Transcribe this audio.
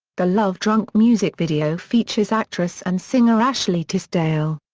the love drunk music video features actress and singer ashley tisdale.